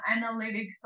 analytics